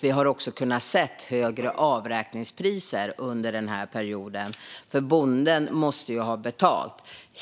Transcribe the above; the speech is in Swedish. Vi har kunnat se högre avräkningspriser under den här perioden. Bonden måste ju ha betalt.